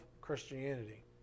Christianity